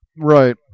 Right